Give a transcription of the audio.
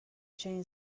چنین